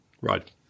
Right